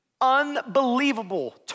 unbelievable